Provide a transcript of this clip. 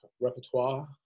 repertoire